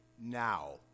now